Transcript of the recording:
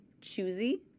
choosy